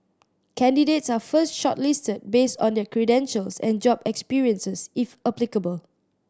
candidates are first shortlisted based on their credentials and job experiences if applicable